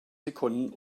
sekunden